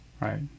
Right